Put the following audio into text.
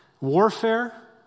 warfare